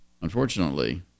Unfortunately